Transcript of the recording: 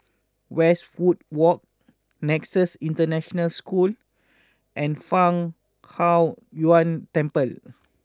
Westwood Walk Nexus International School and Fang Huo Yuan Temple